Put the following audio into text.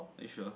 are you sure